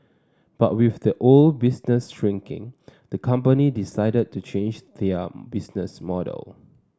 but with the old business shrinking the company decided to change their business model